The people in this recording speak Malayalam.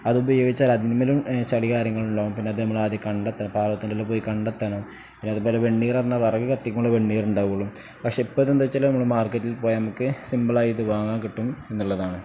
അത് ഉപയോഗിച്ചാൽ അതിന്മേലും ചടി കാര്യങ്ങളും ഉണ്ടാകും പിന്നെ അത് നമ്മൾ ആദ്യം കണ്ടെത്തണം പാറവത്തിന്റെ ഇല പോയി കണ്ടെത്തണം പിന്നെ അതുപോലെ വെണ്ണീർ പറഞ്ഞാൽ വിറക് കത്തിക്കുക വെണീർ ഉണ്ടാകുള്ളൂ പക്ഷേ ഇപ്പം ഇത് എന്താണ് വെച്ചാൽ നമ്മൾ മാർക്കറ്റിൽ പോയാൽ നമുക്ക് സിമ്പിൾ ആയിത് വാങ്ങാൻ കിട്ടും എന്നുള്ളതാണ്